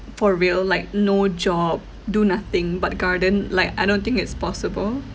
for real like no job do nothing but garden like I don't think it's possible